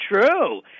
True